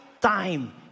time